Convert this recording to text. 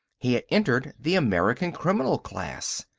he had entered the american criminal class.